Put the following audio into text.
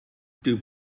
dew